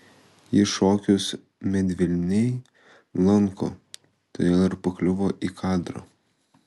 ji šokius medvilnėj lanko todėl ir pakliuvo į kadrą